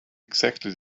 exactly